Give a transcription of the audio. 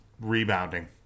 rebounding